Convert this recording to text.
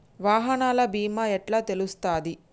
వాహనాల బీమా ఎట్ల తెలుస్తది?